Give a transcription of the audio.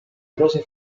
cose